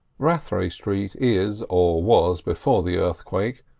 rathray street is, or was before the earthquake,